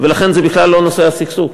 לכן זה בכלל לא נושא הסכסוך.